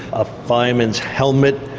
a fireman's helmet.